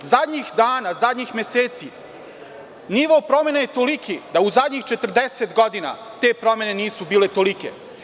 Zadnjih dana, zadnjih meseci nivo promena je toliki, da u zadnjih 40 godina te promene nisu bile tolike.